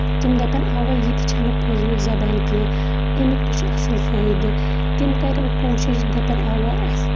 تِم دَپن اَوے یہِ تہِ چھنہٕ فضوٗل زَبان کیٚنٛہہ اَمیُک تہِ چھُ اَصٕل فٲیِدٕ تِم کَرٮ۪ن کوٗشش دَپن آ اَسہِ